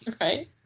right